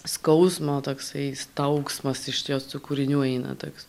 skausmo toksai staugsmas iš jos tų kūrinių eina toks